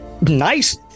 nice